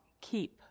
keep